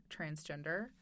transgender